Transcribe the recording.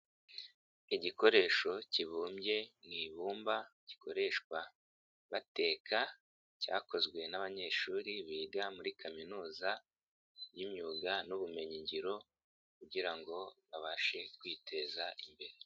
Igikoresho kibumbye mu ibumba gikoreshwa bateka cyakozwe n'abanyeshuri biga muri kaminuza y'imyuga n'ubumenyingiro kugira ngo babashe kwiteza imbere.